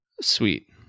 Sweet